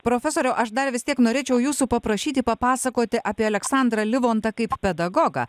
profesoriau aš dar vis tiek norėčiau jūsų paprašyti papasakoti apie aleksandrą livontą kaip pedagogą